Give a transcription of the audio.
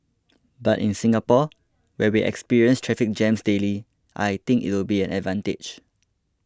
but in Singapore where we experience traffic jams daily I think it will be an advantage